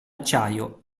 acciaio